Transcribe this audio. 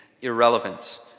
irrelevant